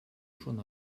schon